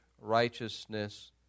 righteousness